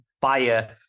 fire